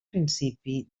principi